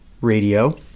Radio